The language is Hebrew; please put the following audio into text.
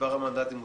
מספר המנדטים הוא